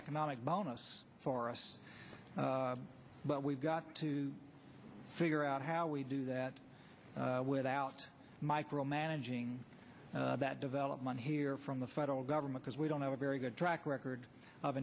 economic bonus for us but we've got to figure out how we do that without micromanaging that development here from the federal government has we don't have a very good track record of